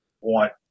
want